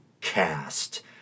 cast